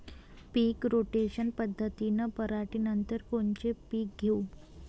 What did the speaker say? पीक rotation पद्धतीत पराटीनंतर कोनचे पीक घेऊ?